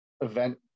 event